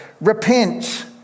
repent